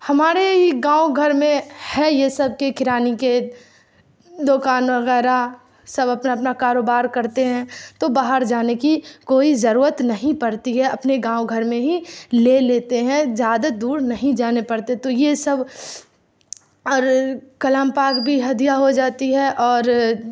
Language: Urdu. ہمارے ہی گاؤں گھر میں ہے یہ سب کے کرانے کے دوکان وغیرہ سب اپنا اپنا کاروبار کرتے ہیں تو باہر جانے کی کوئی ضرورت نہیں پڑتی ہے اپنے گاؤں گھر میں ہی لے لیتے ہیں زیادہ دور نہیں جانے پڑتے تو یہ سب اور کلام پاک بھی ہدیہ ہو جاتی ہے اور